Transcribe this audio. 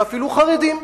ואפילו חרדים,